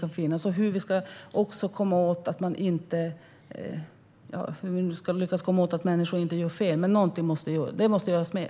Jag vet inte hur man ska lyckas se till så att människor inte gör fel, men det måste göras mer.